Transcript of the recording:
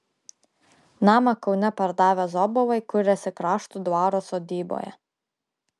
namą kaune pardavę zobovai kuriasi kraštų dvaro sodyboje